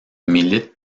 milite